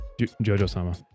Jojo-sama